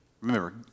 Remember